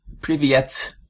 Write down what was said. Privyet